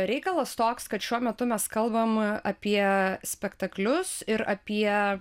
reikalas toks kad šiuo metu mes kalbam apie spektaklius ir apie